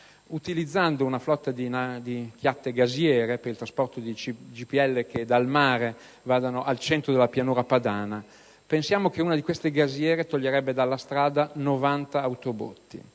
utilizzando una flotta di chiatte gasiere per il trasporto di GPL dal mare al centro della Pianura padana. Pensiamo che una di queste gasiere toglierebbe dalla strada 90 autobotti.